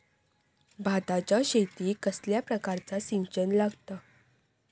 भाताच्या शेतीक कसल्या प्रकारचा सिंचन लागता?